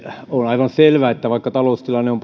on aivan selvää että vaikka taloustilanne on